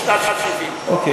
בשנת 1970. אוקיי.